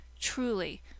Truly